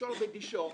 שור בדישו.